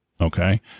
okay